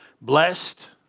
blessed